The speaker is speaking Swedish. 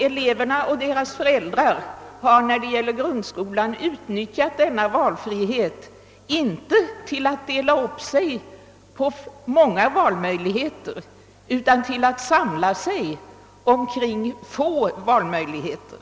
Eleverna i grundskolan och deras föräldrar har utnyttjat denna valfrihet inte till att dela upp sig på många valmöjligheter utan till att samla sig kring få valmöjligheter.